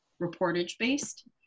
reportage-based